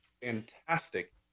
fantastic